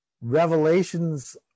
revelations